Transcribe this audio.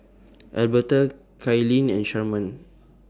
Alberta Kylene and Sharman